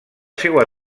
seua